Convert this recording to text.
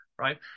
right